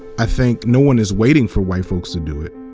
i think no one is waiting for white folks to do it.